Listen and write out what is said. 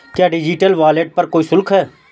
क्या digital wallet पर कोई शुल्क है?